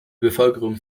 bevölkerung